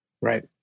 right